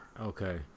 Okay